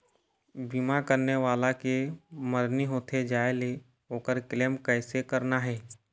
बीमा करने वाला के मरनी होथे जाय ले, ओकर क्लेम कैसे करना हे?